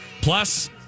Plus